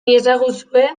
iezaguzue